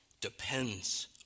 depends